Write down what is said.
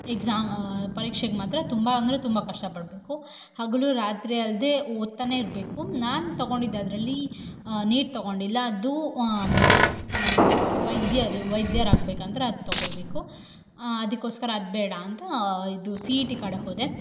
exam ಪರೀಕ್ಷೆಗೆ ಮಾತ್ರ ತುಂಬ ಅಂದರೆ ತುಂಬ ಕಷ್ಟ ಪಡಬೇಕು ಹಗಲೂ ರಾತ್ರಿ ಅಲ್ಲದೆ ಓದ್ತಾನೇ ಇರಬೇಕು ನಾನು ತೊಗೊಂಡಿದ್ದು ಅದರಲ್ಲಿ ನೀಟ್ ತೊಗೊಂಡಿಲ್ಲ ಅದು ಎಂಥ ವೈದ್ಯರು ವೈದ್ಯರಾಗಬೇಕಂದ್ರೆ ಅದು ತೊಗೊಳ್ಬೇಕು ಅದಕ್ಕೋಸ್ಕರ ಅದು ಬೇಡ ಅಂತ ಇದು ಇ ಟಿ ಕಡೆ ಹೋದೆ